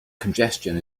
congestion